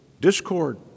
discord